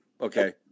Okay